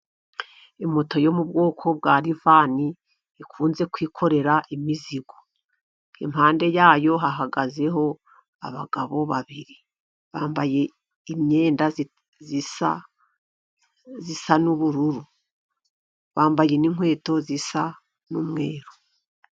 Moto yo mu bwoko bwa livani ikunze kwikorera imizigo. Impande yayo hahagazeho abagabo babiri bambaye imyenda isa, isa n'ubururu, bambaye n'inkweto zisa n'umweru.